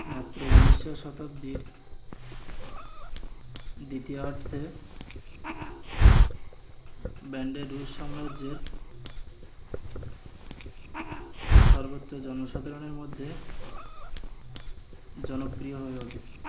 মাত্র উনিশশো শতাব্দীর দ্বিতীয় অর্ধে ব্যান্ডে রুশ সাম্রাজ্যের সর্বোচ্চ জনসাধারণের মধ্যে জনপ্রিয় হয়ে ওঠে